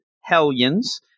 Hellions